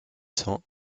cents